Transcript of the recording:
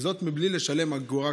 וזאת בלי לשלם אגורה,